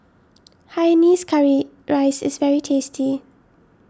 Hainanese Curry Rice is very tasty